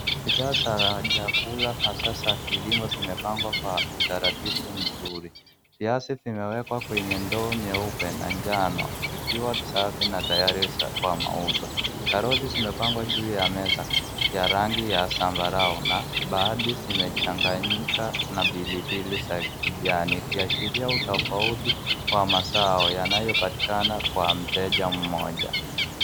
Bidhaa za chakula hasa za kilimo zimepangwa kwa utaratibu mzuri. Viazi vimewekwa kwenye ndoo nyeupe na njano zikiwa safi na tayari kwa mauzo. Karoti zimepangwa juu ya meza ya rangi ya zambarau na baadhi zimechanganyika na pilipili za kijani ikiaashiria utofauti wa mazao yanayopatikana kwa mteja mmoja.